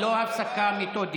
לא הפסקה מתודית.